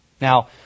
Now